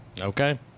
Okay